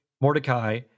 Mordecai